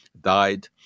died